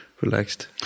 relaxed